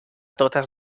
totes